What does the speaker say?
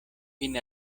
vin